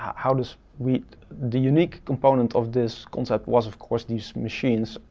how do we, the unique component of this concept was, of course, these machines,